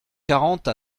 quarante